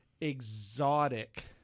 exotic